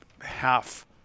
half